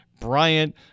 Bryant